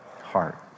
heart